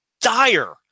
dire